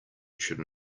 should